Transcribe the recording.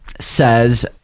says